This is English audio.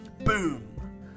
Boom